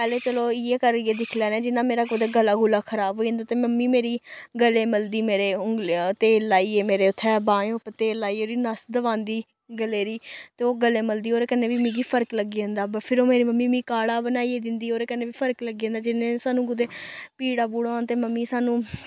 पैह्लें चलो इ'यै करियै दिक्खी लैन्ने जि'यां मेरा कुदै गला गुला खराब होई जंदा ते मम्मी मेरी गले मलदी मेरे उंगलियें तेल लाइयै मेरे उत्थै बाहें उप्पर तेल लाइयै जेह्ड़ी नस दबांदी गले दी ते ओह् गले मलदी ते ओह्दै कन्नै बी मिगी फर्क लग्गी जंदा फिर मेरी मम्मी मी काढ़ा बनाइयै दिंदी ओह्दे कन्नै बी फर्क लग्गी जंदा जिल्लै सानूं कुदैं पीड़ा होन ते मम्मी सानूं